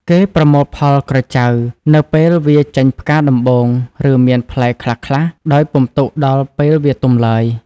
គេប្រមូលផលក្រចៅនៅពេលវាចេញផ្កាដំបូង ឬមានផ្លែខ្លះៗ ដោយពុំទុកដល់ ពេលវាទុំឡើយ ។